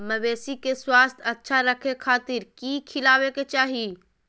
मवेसी के स्वास्थ्य अच्छा रखे खातिर की खिलावे के चाही?